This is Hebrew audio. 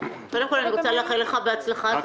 קודם כול אני רוצה לאחל לך בהצלחה כי זאת